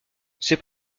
c’est